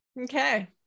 Okay